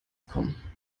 kommen